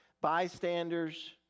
bystanders